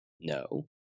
No